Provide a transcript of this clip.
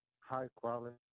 high-quality